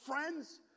friends